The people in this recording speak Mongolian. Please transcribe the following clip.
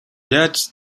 яаж